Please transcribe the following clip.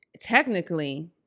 Technically